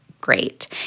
great